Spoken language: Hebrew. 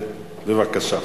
בבקשה.